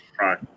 Right